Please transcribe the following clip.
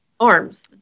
arms